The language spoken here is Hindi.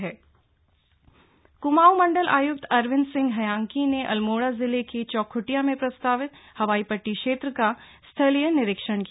हवाई पद्दी चौख़टिया क्माऊं मण्डल आयुक्त अरविन्द सिंह ह्यांकी ने अल्मोड़ा जिले के चौखुटिया में प्रस्तावित हवाई पट्टी क्षेत्र का स्थलीय निरीक्षण किया